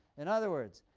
in other words,